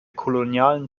kolonialen